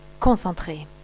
Concentré